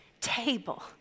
table